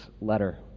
letter